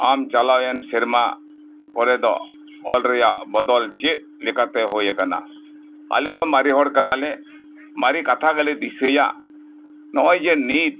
ᱟᱢ ᱯᱟᱨᱚᱢᱟᱠᱟᱱ ᱥᱮᱨᱢᱟ ᱠᱚᱨᱮᱫᱚ ᱚᱞ ᱨᱮᱭᱟᱜ ᱵᱚᱰᱚᱞ ᱪᱮᱫ ᱞᱮᱠᱟᱛᱮ ᱦᱳᱭ ᱠᱟᱱᱟ ᱟᱞᱮ ᱫᱚ ᱢᱟᱨᱮ ᱦᱚᱲ ᱠᱟᱱᱟᱞᱮ ᱢᱟᱨᱮ ᱠᱟᱛᱷᱟ ᱜᱮᱞᱮ ᱫᱤᱥᱟᱹᱭᱟ ᱱᱚᱜᱼᱚᱭ ᱡᱮ ᱱᱤᱛ